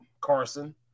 Carson